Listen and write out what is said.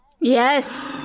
Yes